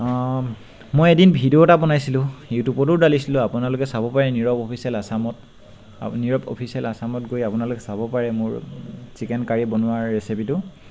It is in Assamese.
মই এদিন ভিডিঅ' এটা বনাইছিলোঁ ইউটিউবতো দালিছিলোঁ আপোনালোকে চাব পাৰে নীৰৱ অফিচিয়েল আছামত আপুনি নীৰৱ অফিচিয়েল আছামত গৈ আপোনালোকে চাব পাৰে মোৰ চিকেন কাৰী বনোৱা ৰেচিপিটো